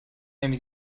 نمی